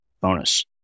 Bonus